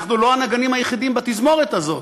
אנחנו לא הנגנים היחידים בתזמורת הזאת.